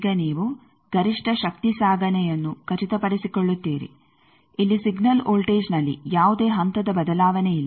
ಈಗ ನೀವು ಗರಿಷ್ಠ ಶಕ್ತಿ ಸಾಗಣೆಯನ್ನು ಖಚಿತಪಡಿಸಿಕೊಳ್ಳುತ್ತೀರಿ ಇಲ್ಲಿ ಸಿಗ್ನಲ್ ವೋಲ್ಟೇಜ್ನಲ್ಲಿ ಯಾವುದೇ ಹಂತದ ಬದಲಾವಣೆಯಿಲ್ಲ